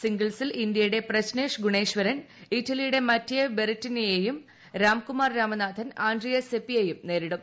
സിംഗിൾസിൽ ഇന്ത്യയുടെ പ്രജ്നേഷ് ഗുണേശ്വരൻ ഇറ്റലിയുടെ മറ്റിയേവ് ബെറിറ്റിനിയെയും രാംകുമാർ രാമനാഥൻ ആൻഡ്രിയേഴ്സ് സെപ്പിയെയും നേരിടും